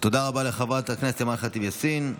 תודה רבה לחברת הכנסת אימן ח'טיב יאסין.